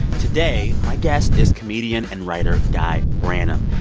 today my guest is comedian and writer guy branum.